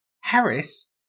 Harris